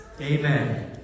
Amen